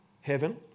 heaven